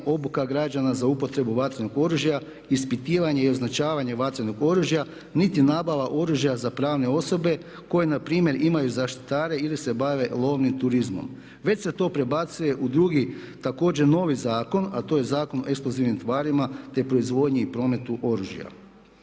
obuka građana za upotrebu vatrenog oružja, ispitivanje i označavanje vatrenog oružja niti nabava oružja za pravne osobe koje npr. imaju zaštitare ili se bave lovnim turizmom već se to prebacuje u drugi također novi zakon, a to je Zakon o eksplozivnim tvarima te proizvodnji i prometu oružja.